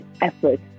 effort